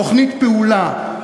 תוכנית פעולה,